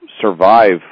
survive